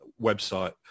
website